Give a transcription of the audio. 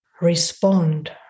respond